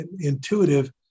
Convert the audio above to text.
intuitive